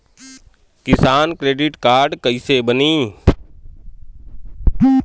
किसान credit card कइसे बानी?